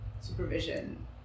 supervision